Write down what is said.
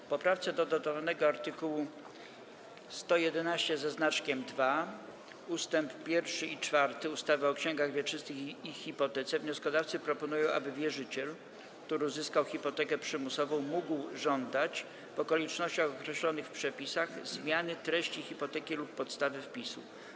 W poprawce do dodawanego art. 111 ust. 1 i 4 ustawy o księgach wieczystych i hipotece wnioskodawcy proponują, aby wierzyciel, który uzyskał hipotekę przymusową, mógł żądać, w okolicznościach określonych w przepisach, zmiany treści hipoteki lub podstawy wpisu.